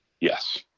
Yes